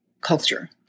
culture